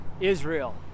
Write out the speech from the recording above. Israel